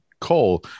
coal